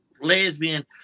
lesbian